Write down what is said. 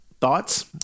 Thoughts